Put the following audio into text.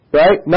right